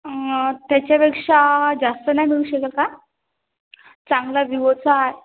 त्याच्यापेक्षा जास्त नाही मिळू शकेल का चांगला विवोचा